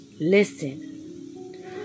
listen